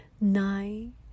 Nine